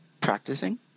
practicing